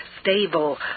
stable